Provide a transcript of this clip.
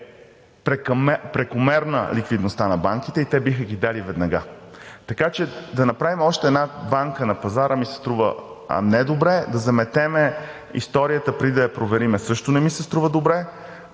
прекомерна ликвидността на банките и те биха ги дали веднага. Така че да направим още една банка на пазара ми се струва недобре, да заметем историята преди да я проверим също не ми се струва добре.